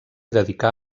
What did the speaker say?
dedicà